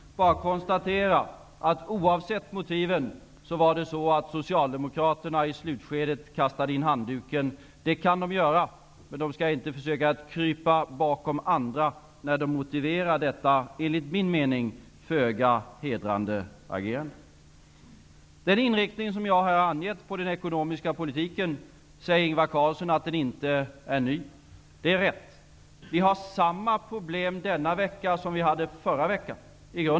Jag vill bara konstatera att Socialdemokraterna, oavsett motiven, kastade in handduken i slutskedet. Det kan de göra, men de skall inte försöka att krypa bakom andra när de motiverar detta enligt min mening föga hedrande agerande. Ingvar Carlsson säger att den inriktning på den ekonomiska politiken som jag här har angett inte är ny. Det är rätt. Vi har i grunden samma problem denna vecka som vi hade förra veckan.